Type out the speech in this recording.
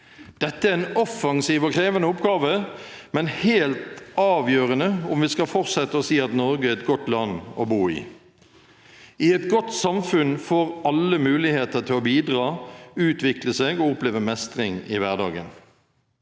Dette er en offensiv og krevende oppgave, men helt avgjørende om vi skal fortsette å si at Norge er et godt land å bo i. I et godt samfunn får alle muligheter til å bidra, utvikle seg og oppleve mestring i hverdagen.